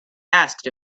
asked